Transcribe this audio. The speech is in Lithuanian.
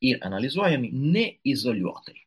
ir analizuojami ne izoliuotai